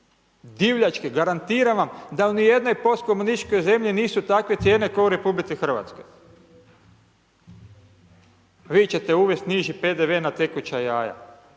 divljačke, garantiram vam da ni u jednoj postkomunističkoj zemlji nisu takve cijene ko u RH. Vi ćete uvesti niži PDV na tekuća jaja.